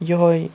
یِہوٚے